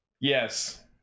Yes